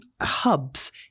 hubs